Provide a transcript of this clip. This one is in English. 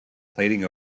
plating